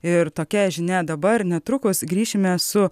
ir tokia žinia dabar netrukus grįšime su